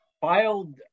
filed